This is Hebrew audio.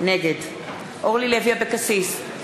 נגד אורלי לוי אבקסיס,